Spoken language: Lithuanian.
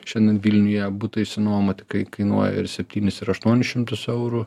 šiandien vilniuje butą išsinuomoti kai kainuoja ir septynis ir aštuonis šimtus eurų